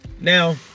Now